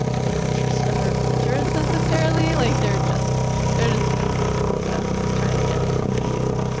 other cultures, other cultures necessarily, like they're just they're just doing the youtube stuff, trying to get some views.